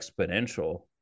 exponential